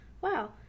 wow